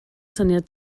syniad